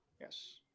Yes